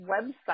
website